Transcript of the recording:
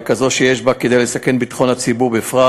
וכזו שיש בה כדי לסכן את ביטחון הציבור בפרט,